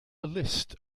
list